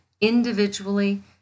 individually